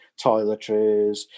toiletries